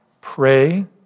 pray